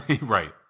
Right